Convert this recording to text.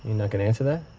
not gonna answer that?